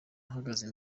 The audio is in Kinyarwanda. ahagaze